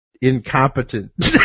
incompetent